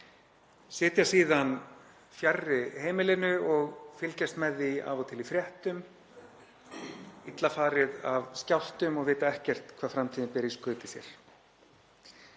sitja síðan fjarri heimilinu og fylgjast með því af og til í fréttum, illa farið af skjálftum og vita ekkert hvað framtíðin ber í skauti sér.